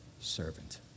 servant